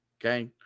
okay